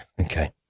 okay